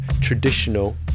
traditional